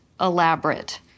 elaborate